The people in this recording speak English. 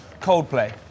Coldplay